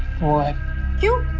for years.